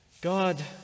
God